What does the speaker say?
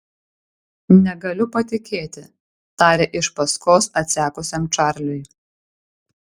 negaliu patikėti tarė iš paskos atsekusiam čarliui